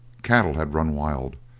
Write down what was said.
cattle had run wild,